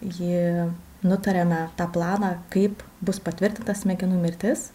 jį nutariame tą planą kaip bus patvirtinta smegenų mirtis